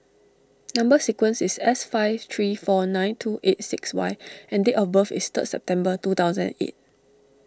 Number Sequence is S five three four nine two eight six Y and date of birth is third September two thousand and eight